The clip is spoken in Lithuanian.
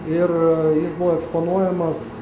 ir jis buvo eksponuojamas